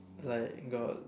like got